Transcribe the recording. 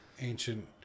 ancient